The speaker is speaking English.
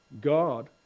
God